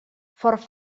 fort